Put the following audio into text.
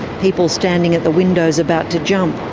people standing at the windows about to jump.